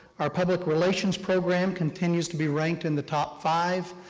our public relations program continues to be ranked in the top five,